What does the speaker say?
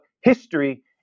history